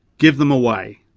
give them away.